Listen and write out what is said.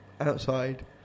outside